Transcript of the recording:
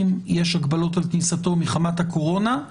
אם יש הגבלות על כניסתו מחמת הקורונה,